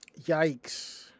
Yikes